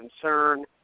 concern